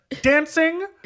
Dancing